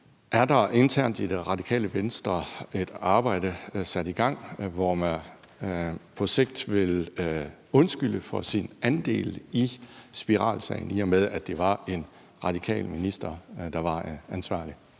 Er der internt i Radikale Venstre et arbejde sat i gang, for at man på sigt vil undskylde for sin andel i spiralsagen, i og med at det var en radikal minister, der var ansvarlig?